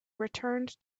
returned